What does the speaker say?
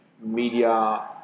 media